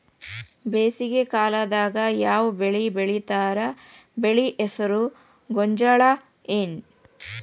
ಬೇಸಿಗೆ ಕಾಲದಾಗ ಯಾವ್ ಬೆಳಿ ಬೆಳಿತಾರ, ಬೆಳಿ ಹೆಸರು ಗೋಂಜಾಳ ಏನ್?